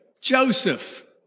Joseph